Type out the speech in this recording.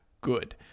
good